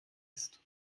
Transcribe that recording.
ist